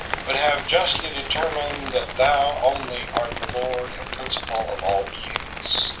but have justly determined that thou only art the lord and principal of all beings,